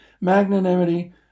magnanimity